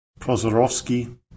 Prozorovsky